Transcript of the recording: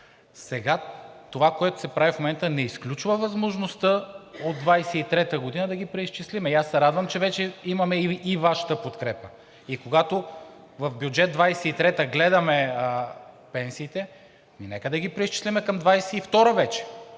Сега това, което правим в момента, не изключва възможността от 2023 г. да ги преизчислим и аз се радвам, че вече имаме и Вашата подкрепа. Нека, когато в бюджет 2023 г. гледаме пенсиите, да ги преизчислим към 2022 г.